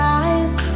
eyes